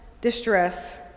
distress